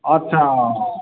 आस्सा